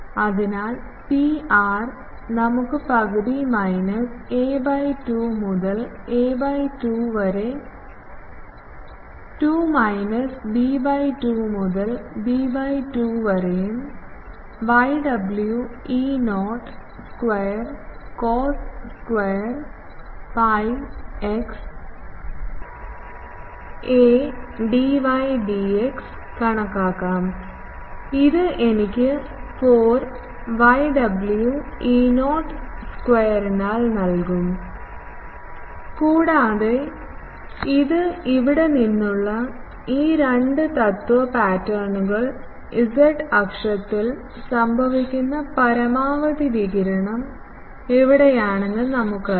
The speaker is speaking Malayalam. അതിനാൽ Pr നമുക്ക് പകുതി മൈനസ് a by 2 മുതൽ a by 2 വരെ 2 മൈനസ് b by 2 മുതൽ b by 2 വരെയും yw E0 square cos square pi x a dydx കണക്കാക്കാം ഇത് എനിക്ക് 4 yw E0 സ്ക്വയറിനാൽ നൽകും കൂടാതെ ഇത് ഇവിടെ നിന്നുള്ള ഈ രണ്ട് തത്വ പാറ്റേണുകൾ z അക്ഷത്തിൽ സംഭവിക്കുന്ന പരമാവധി വികിരണം എവിടെയാണെന്ന് നമുക്കറിയാം